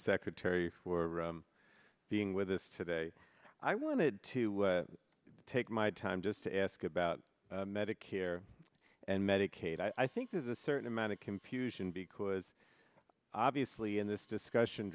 secretary for being with us today i wanted to take my time just to ask about medicare and medicaid i think there's a certain amount of confusion because obviously in this discussion